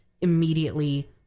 immediately